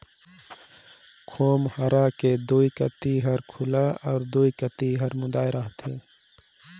खोम्हरा के दुई कती हर खुल्ला अउ दुई कती हर मुदाए रहथे